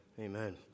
Amen